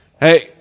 Hey